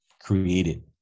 created